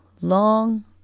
Long